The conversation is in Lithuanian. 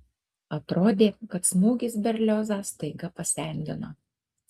atrodė kad smūgis berliozą staiga pasendino